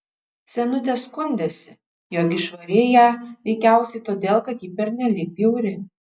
senutė skundėsi jog išvarei ją veikiausiai todėl kad ji pernelyg bjauri